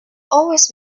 always